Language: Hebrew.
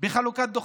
בחלוקת דוחות.